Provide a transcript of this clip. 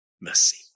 mercy